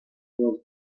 was